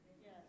Yes